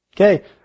Okay